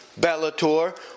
Bellator